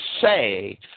say